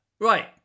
right